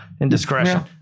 indiscretion